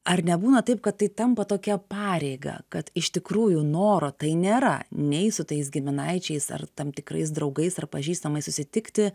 ar nebūna taip kad tai tampa tokia pareiga kad iš tikrųjų noro tai nėra nei su tais giminaičiais ar tam tikrais draugais ar pažįstamais susitikti